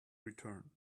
return